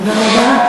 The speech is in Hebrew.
תודה רבה.